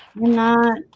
no,